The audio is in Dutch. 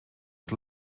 het